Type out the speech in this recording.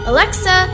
Alexa